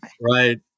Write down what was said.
right